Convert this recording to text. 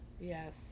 Yes